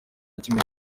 kimwe